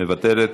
מוותרת?